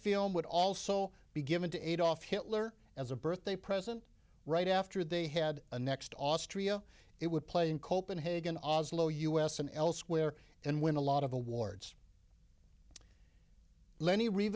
film would also be given to adolf hitler as a birthday present right after they had annexed austria it would play in copenhagen oslo u s and elsewhere and win a lot of awards lenny reeve